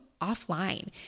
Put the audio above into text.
offline